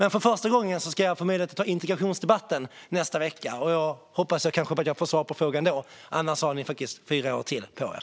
Nästa vecka kommer jag att för första gången delta i integrationsdebatten, och då hoppas jag få svar. Annars har ni faktiskt fyra år till på er.